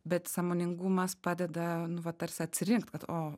bet sąmoningumas padeda nu vat tarsi atsirinkt kad o